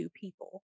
people